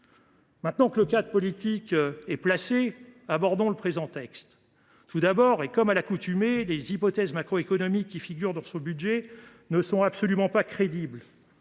Maintenant que le décor politique est planté, abordons le présent texte. Tout d’abord, comme à l’accoutumée, les hypothèses macroéconomiques qui y figurent ne sont absolument pas crédibles